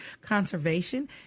conservation